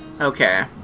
Okay